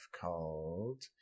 called